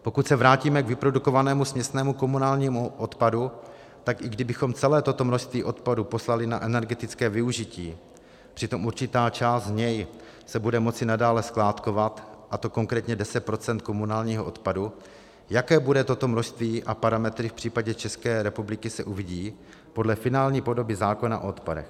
Pokud se vrátíme k vyprodukovanému směsnému komunálnímu odpadu, tak i kdybychom celé toto množství odpadu poslali na energetické využití, přitom určitá část z něj se bude moci nadále skládkovat, a to konkrétně 10 % komunálního odpadu, jaké bude toto množství a parametry v případě České republiky, se uvidí podle finální podoby zákona o odpadech.